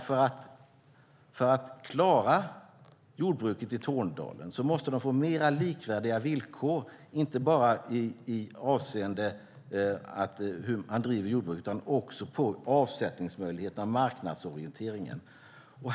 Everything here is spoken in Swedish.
För att klara jordbruket i Tornedalen måste de nämligen få mer likvärdiga villkor, inte bara med avseende på hur man driver jordbruket utan också med avseende på avsättningsmöjligheterna och marknadsorienteringen.